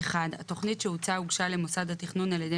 התכנית שהוצעה הוגשה למוסד התכנון על ידי